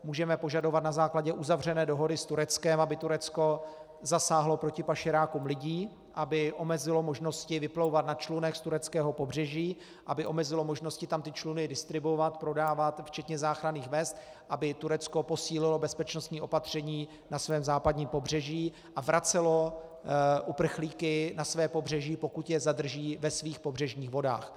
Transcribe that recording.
Můžeme požadovat na základě uzavřené dohody s Tureckem, aby Turecko zasáhlo proti pašerákům lidí, aby omezilo možnosti vyplouvat na člunech z tureckého pobřeží, aby omezilo možnosti tam ty čluny distribuovat, prodávat, včetně záchranných vest, aby Turecko posílilo bezpečnostní opatření na svém západním pobřeží a vracelo uprchlíky na své pobřeží, pokud je zadrží, ve svých pobřežních vodách.